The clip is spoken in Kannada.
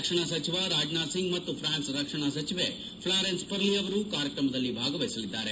ರಕ್ಷಣಾ ಸಚಿವ ರಾಜನಾಥ್ ಸಿಂಗ್ ಮತ್ತು ಫ್ರಾನ್ಪ್ ರಕ್ಷಣಾ ಸಚಿವೆ ಫ್ಲಾರೆನ್ಪ್ ಪರ್ಲಿ ಅವರು ಕಾರ್ಕ್ರಮದಲ್ಲಿ ಭಾಗವಹಿಸಲಿದ್ದಾರೆ